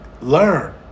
learn